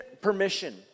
permission